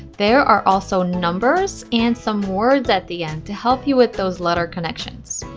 there are also numbers and some words at the end to help you with those letter connections.